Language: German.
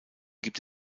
gibt